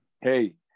Hey